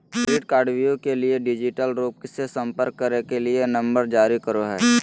credit कार्डव्यू के लिए डिजिटल रूप से संपर्क करे के लिए नंबर जारी करो हइ